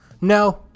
No